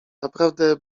naprawdę